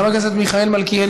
חבר הכנסת מיכאל מלכיאלי,